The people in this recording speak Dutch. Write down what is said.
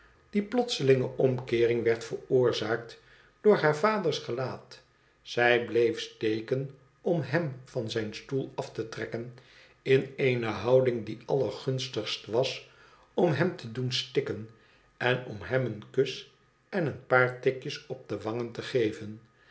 die plotselinge omkeering werd veroorzaakt door haar vaders elaat zij bleef steken om hem van zijn stoel af te trekken in eene houdmg die allergunstigst was om hem te doen stikken en om hem een kus en een paar tikjes op de wangen te geven